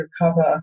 recover